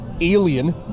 alien